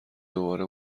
دوباره